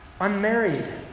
unmarried